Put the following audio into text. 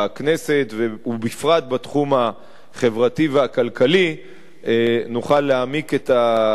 ובפרט בתחום החברתי והכלכלי נוכל להעמיק את הדיונים,